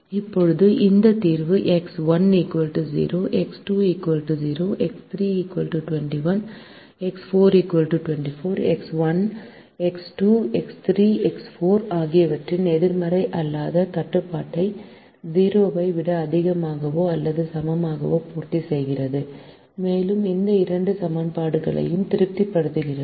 இப்போது இந்த தீர்வு x 1 0 x 2 0 x 3 21 x 4 24 x 1 x 2 x 3 x 4 ஆகியவற்றின் எதிர்மறை அல்லாத கட்டுப்பாட்டை 0 ஐ விட அதிகமாகவோ அல்லது சமமாகவோ பூர்த்தி செய்கிறது மேலும் இந்த இரண்டு சமன்பாடுகளையும் திருப்திப்படுத்துகிறது